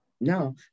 No